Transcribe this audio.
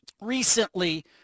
recently